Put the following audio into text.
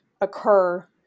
occur